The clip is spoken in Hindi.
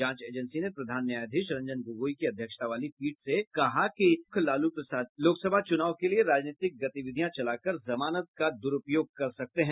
जांच एजेंसी ने प्रधान न्यायाधीश रंजन गोगोई की अध्यक्षता वाली पीठ से कहा कि लालू प्रसाद लोकसभा चुनाव के लिए राजनीतिक गतिविधियां चलाकर जमानत का दुरूपयोग कर सकते है